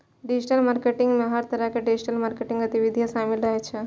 digital marketing मे हर तरहक डिजिटल मार्केटिंग गतिविधि शामिल रहै छै